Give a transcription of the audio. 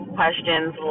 questions